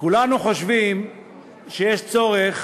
כולנו חושבים שצריך